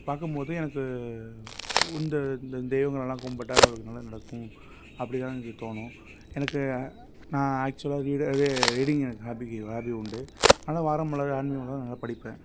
அப்போ பார்க்கும் போது எனக்கு இந்த இந்த தெய்வங்கள் எல்லாம் கும்பிட்டா நமக்கு நல்லது நடக்கும் அப்படிலாம் எனக்குத் தோணும் எனக்கு நான் ஆக்ச்சுவலாக ரீட இது ரீடிங்கு ஹாபிட்டு ஹாபிட் உண்டு ஆனால் வார மலர் ஆன்மீக மலர்லாம் நல்லா படிப்பேன்